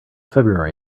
february